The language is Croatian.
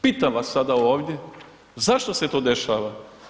Pitam vas sada ovdje zašto se to dešava?